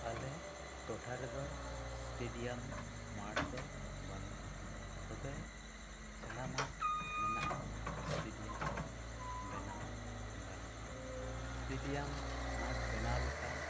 ᱟᱞᱮ ᱴᱚᱴᱷᱟ ᱨᱮᱫᱚ ᱥᱴᱮᱰᱤᱭᱟᱢ ᱢᱟᱴ ᱫᱚ ᱵᱟᱹᱱᱩᱜᱼᱟ ᱛᱚᱵᱮ ᱥᱮᱬᱟ ᱢᱟᱴ ᱢᱮᱱᱟᱜᱼᱟ ᱥᱴᱮᱰᱤᱭᱟᱢ ᱢᱟᱴ ᱵᱮᱱᱟᱣ ᱜᱟᱱᱚᱜᱼᱟ ᱥᱴᱮᱰᱤᱭᱟᱢ ᱢᱟᱴ ᱵᱮᱱᱟᱣ ᱞᱮᱠᱷᱟᱱ